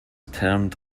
termed